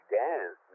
dance